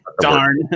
Darn